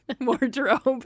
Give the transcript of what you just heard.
wardrobe